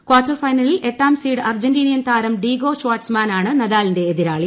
quarter ഫൈനലിൽ എട്ടാം seed അർജൻറീനൻ താരം ഡീഗോ ഷാർട്ട്സ്മാൻ ആണ് നദാലിന്റെ എതിരാളി